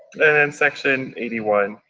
and then, section eighty one,